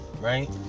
right